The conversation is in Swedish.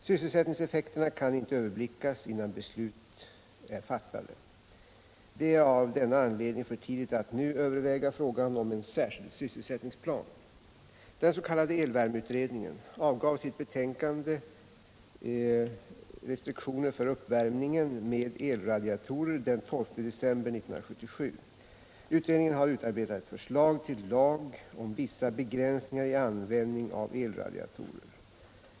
Sysselsättningseffekterna kan inte överblickas innan besluten är fattade. Det är av denna anledning för tidigt att nu överväga frågan om en särskild sysselsättningsplan. Den. k. elvärmeutredningen avgav sitt betänkande Restriktioner för uppvärmningen med elradiatorer den 12 december 1977. Utredningen har utarbetat ett förslag till lag om vissa begränsningar ianvändningen av elradiatorer.